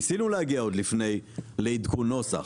ניסינו להגיע עוד לפני לעדכון נוסח.